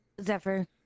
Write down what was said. Zephyr